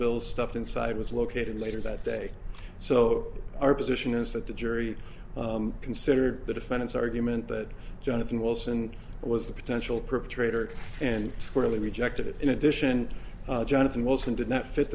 bill stuffed inside was located later that day so our position is that the jury considered the defendant's argument that jonathan wilson was a potential perpetrator and squarely rejected in addition jonathan wilson did not